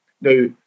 now